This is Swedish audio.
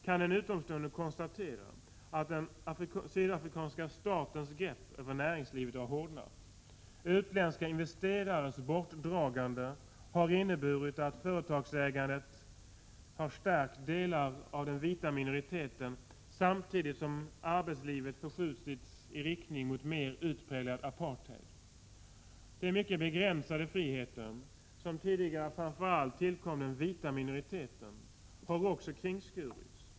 En utomstående kan konstatera att den sydafrikanska statens grepp över näringslivet har hårdnat. Utländska investerares bortdragande har inneburit att företagsägandet stärkt delar av den vita minoriteten samtidigt som arbetslivet förskjutits i riktning mot mer utpräglad apartheid. De mycket begränsade friheter som tidigare tillkom framför allt den vita minoriteten har också kringskurits.